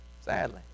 Sadly